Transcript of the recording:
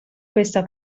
questa